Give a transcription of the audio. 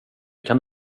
kan